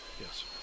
yes